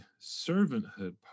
servanthood